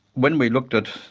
when we looked at,